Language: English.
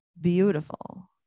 beautiful